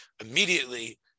immediately